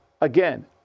Again